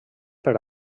per